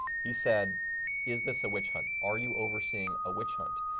he said is this a witchhunt? are you overseeing a witchhunt?